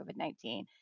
COVID-19